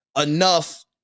enough